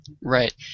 Right